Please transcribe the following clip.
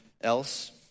else